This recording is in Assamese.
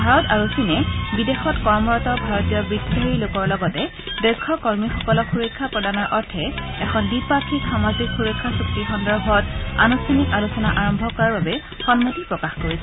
ভাৰত আৰু চীনে বিদেশত কৰ্মৰত ভাৰতীয় বৃত্তিধাৰী লোকৰ লগতে দক্ষ কৰ্মীসকলক সুৰক্ষা প্ৰদানৰ অৰ্থে এখন দ্বিপাক্ষিক সামাজিক সুৰক্ষা চুক্তি সন্দৰ্ভত আনুষ্ঠানিক আলোচনা আৰম্ভ কৰাৰ বাবে সন্মতি প্ৰকাশ কৰিছে